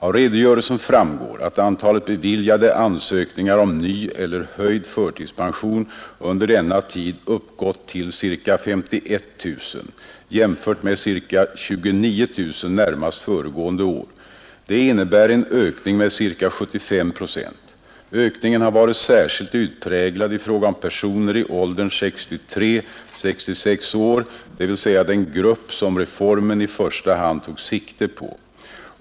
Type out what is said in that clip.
Av redogörelsen framgår att antalet beviljade ansökningar om ny eller höjd förtidspension under denna tid uppgått till ca 51 000, jämfört med ca 29 000 närmast föregående år. Det innebär en ökning med ca 75 procent. Ökningen har varit särskilt utpräglad i fråga om personer i åldern 63—66 år, dvs. den grupp som reformen i första hand tog sikte på.